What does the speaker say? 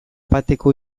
bateko